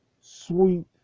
sweet